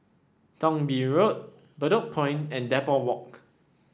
Thong Bee Road Bedok Point and Depot Walk